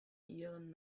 iren